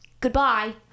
Goodbye